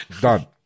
Done